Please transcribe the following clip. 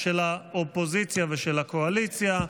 זה לא משנה את תוצאת ההצבעה.